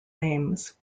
names